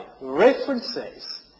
references